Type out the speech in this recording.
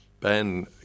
Ben